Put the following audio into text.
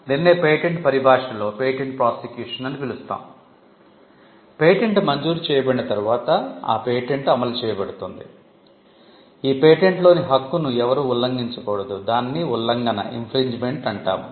దీన్నే పేటెంట్ పరిభాషలో patent prosecution అంటాము